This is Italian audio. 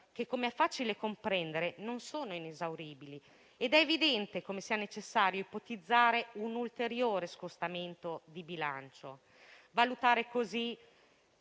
che, com'è facile comprendere, non sono inesauribili ed è evidente come sia necessario ipotizzare un suo ulteriore scostamento; valutare insieme